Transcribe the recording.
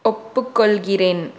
ஒப்புக்கொள்கிறேன்